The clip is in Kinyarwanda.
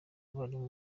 abarimu